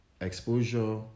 exposure